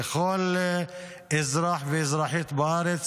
לכל אזרח ואזרחית בארץ,